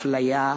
אפליה,